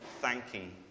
thanking